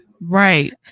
Right